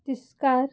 तिस्कार